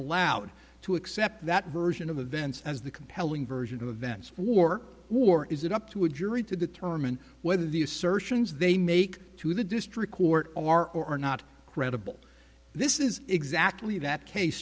aloud to accept that version of events as the compelling version of events war or is it up to a jury to determine whether the assertions they make to the district court are or are not credible this is exactly that case